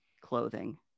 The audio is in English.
clothing